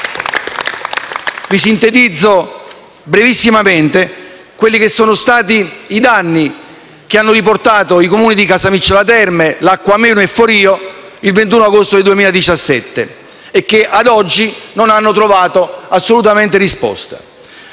sintetizzo brevissimamente i danni che hanno riportato i Comuni di Casamicciola Terme, Lacco Ameno e Forio il 21 agosto 2017 e che ad oggi non hanno trovato assolutamente risposta: